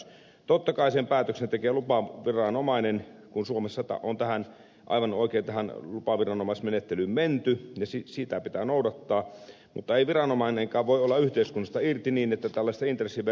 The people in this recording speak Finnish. totta kai sen päätöksen tekee lupaviranomainen kun suomessa on aivan oikein tähän lupaviranomaismenettelyyn menty ja sitä pitää noudattaa mutta ei viranomainenkaan voi olla yhteiskunnasta irti niin että tällaista intressivertailua ei tehtäisi